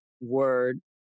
word